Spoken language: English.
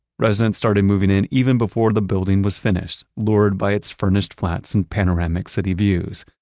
residents started moving in even before the building was finished. lured by its furnished flats and panoramic city views.